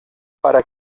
para